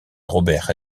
robert